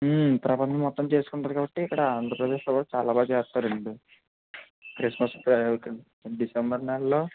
ప్రపంచం మొత్తం చేస్కుంటారు కాబట్టి ఇక్కడ ఆంద్రప్రదేశ్లో కూడా చాలా బాగా చేస్తారండి క్రిస్మస్ కే డిసెంబర్ నెలలో